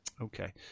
Okay